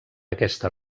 aquesta